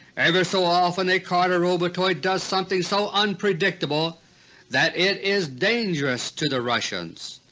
every so often a carter robotoid does something so unpredictable that it is dangerous to the russians.